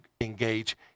engage